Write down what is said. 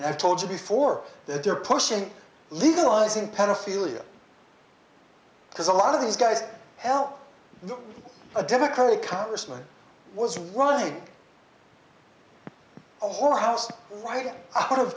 and i've told you before that they're pushing legalizing pedophilia because a lot of these guys help a democratic congressman was running a whorehouse right out of